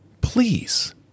please